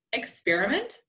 experiment